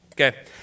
Okay